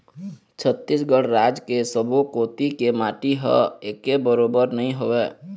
छत्तीसगढ़ राज के सब्बो कोती के माटी ह एके बरोबर नइ होवय